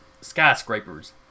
skyscrapers